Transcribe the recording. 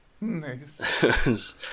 Nice